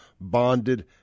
bonded